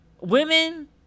women